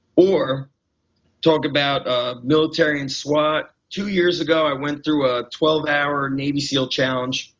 or talk about ah military and swat, two years ago i went through a twelve hour navy seal challenge.